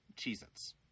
Cheez-Its